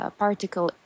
particle